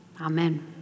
amen